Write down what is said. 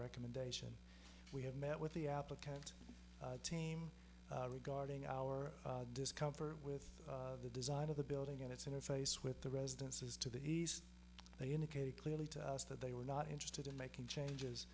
recommendation we have met with the applicant team regarding our discomfort with the design of the building and its interface with the residences to the east they indicated clearly to us that they were not interested in making changes